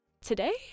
Today